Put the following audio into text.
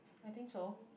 I think so